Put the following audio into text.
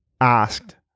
asked